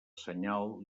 senyal